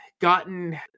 gotten